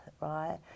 right